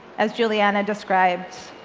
as juliana described.